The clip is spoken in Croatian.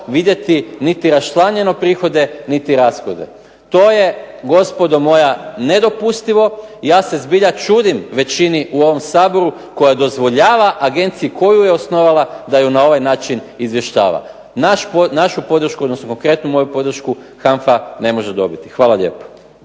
vidjeti niti raščlanjeno prihode niti rashode. To je gospodo moja nedopustivo. Ja se zbilja čudim većini u ovom Saboru koji dozvoljava agenciji koju je osnovala da ju na ovaj način izvještava. Našu podršku, konkretno moju podršku HANFA ne može dobiti. Hvala lijepo.